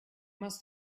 must